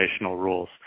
rules